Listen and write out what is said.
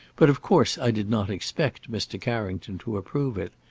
but of course i did not expect mr. carrington to approve it.